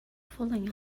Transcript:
falling